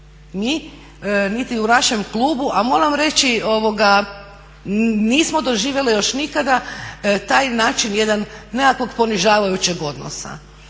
Mi niti u našem klubu, a moram vam reći nismo doživjele još nikada taj način jedan nekakvog ponižavajuće odnosa,